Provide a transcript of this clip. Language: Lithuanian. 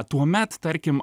tuomet tarkim